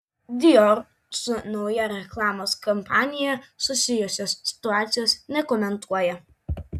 dior su nauja reklamos kampanija susijusios situacijos nekomentuoja